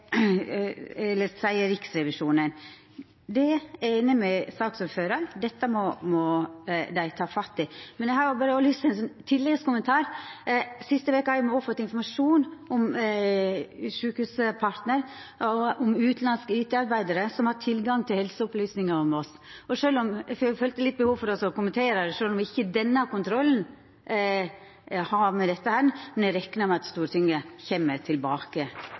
Riksrevisjonen. Eg er einig med saksordføraren i at dette må dei gripa tak i. Eg har berre lyst til å koma med ein tilleggskommentar: Den siste veka har me fått informasjon om Sykehuspartner – at utanlandske IT-arbeidarar har hatt tilgang til helseopplysningar om oss. Eg følte litt behov for å kommentera det sjølv om ikkje denne kontrollen handlar om dette, men eg reknar med at Stortinget kjem tilbake